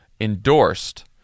endorsed